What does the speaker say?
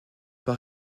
pas